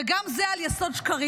וגם זה על יסוד שקרים.